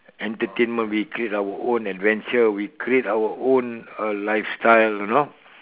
entertainment we create our own adventure we create our own uh lifestyle you know